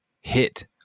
hit